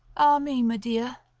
ah me, medea,